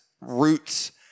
roots